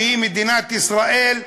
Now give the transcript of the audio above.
והיא מדינת ישראל,